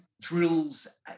drills